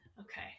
Okay